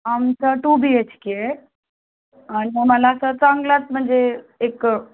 आमचा two B H K आहे आणि आम्हाला असं चांगलाच म्हणजे एक